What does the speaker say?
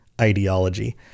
ideology